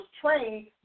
trained